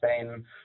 Spain